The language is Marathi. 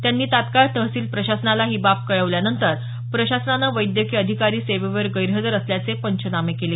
त्यांनी तात्काळ तहसील प्रशासनाला ही बाब कळवल्यानंतर प्रशासनानं वैद्यकीय अधिकारी सेवेवर गैरहजर असल्याचे पंचनामे केले